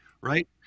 right